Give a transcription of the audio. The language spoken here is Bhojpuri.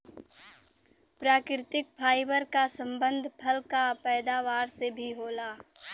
प्राकृतिक फाइबर क संबंध फल क पैदावार से भी होला